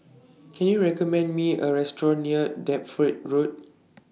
Can YOU recommend Me A Restaurant near Deptford Road